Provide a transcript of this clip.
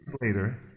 later